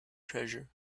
treasure